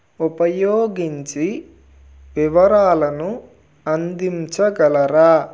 ఉపయోగించి వివరాలను అందించగలరా